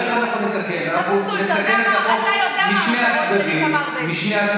אתה יודע מה המטרות של איתמר בן גביר.